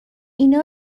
اینا